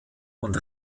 und